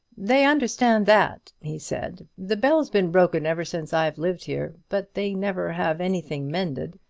they understand that, he said the bell's been broken ever since i've lived here, but they never have anything mended.